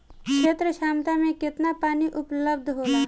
क्षेत्र क्षमता में केतना पानी उपलब्ध होला?